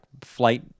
flight